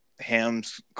Ham's